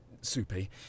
soupy